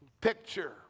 picture